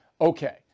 Okay